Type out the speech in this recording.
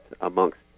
amongst